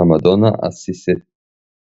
של המדונה הסיסטינית,